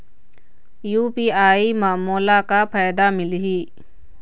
UPI म मोला का फायदा मिलही?